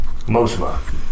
Mosma